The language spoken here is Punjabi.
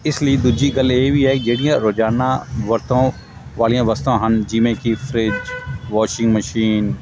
ਇਸ ਲਈ ਦੂਜੀ ਗੱਲ ਇਹ ਵੀ ਹੈ ਜਿਹੜੀਆਂ ਰੋਜ਼ਾਨਾ ਵਰਤੋਂ ਵਾਲੀਆਂ ਵਸਤਾਂ ਹਨ ਜਿਵੇਂ ਕਿ ਫਰਿਜ਼ ਵੋਸ਼ਿੰਗ ਮਸ਼ੀਨ